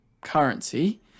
currency